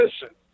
Listen